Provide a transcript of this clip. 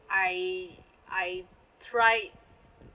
I I tried